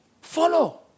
Follow